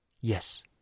Yes